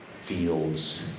fields